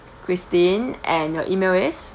christine and your email is